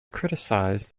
criticized